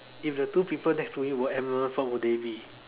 if the two people next to you were animals what would they be